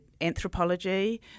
Anthropology